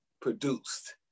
produced